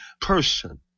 person